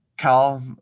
Cal